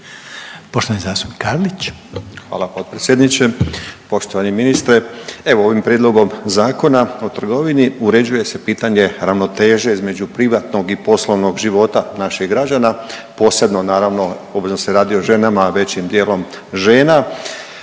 Poštovani zastupnik Karlić.